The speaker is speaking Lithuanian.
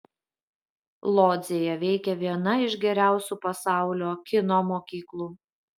lodzėje veikia viena iš geriausių pasaulio kino mokyklų